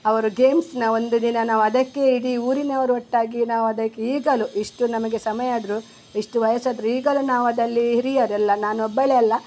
ಅವರು ಗೇಮ್ಸ್ನ ಒಂದು ದಿನ ನಾವು ಅದಕ್ಕೆ ಇಡೀ ಊರಿನವರು ಒಟ್ಟಾಗಿ ನಾವು ಅದಕ್ಕೆ ಈಗಲೂ ಇಷ್ಟು ನಮಗೆ ಸಮಯ ಆದ್ರೂ ಇಷ್ಟು ವಯಸ್ಸಾದ್ರೂ ಈಗಲೂ ನಾವು ಅದ್ರಲ್ಲಿ ಹಿರಿಯರೆಲ್ಲ ನಾನು ಒಬ್ಬಳೇ ಅಲ್ಲ